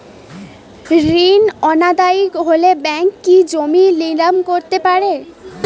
ঋণ অনাদায়ি হলে ব্যাঙ্ক কি জমি নিলাম করতে পারে?